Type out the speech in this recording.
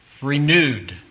renewed